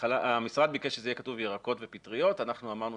המשרד ביקש שיהיה כתוב ירקות ופטריות ואנחנו אמרנו